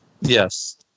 Yes